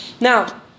Now